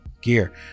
gear